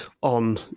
on